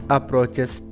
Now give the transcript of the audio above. Approaches